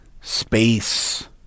space